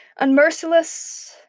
unmerciless